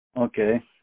Okay